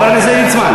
חבר הכנסת ליצמן.